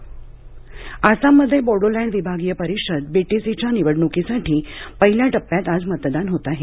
आसाम आसाममध्ये बोडोलँड विभागीय परिषद बीटीसीच्या निवडणुकीसाठी पहिल्या टप्प्यात आज मतदान होत आहे